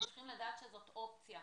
הם צריכים לדעת שזו אופציה,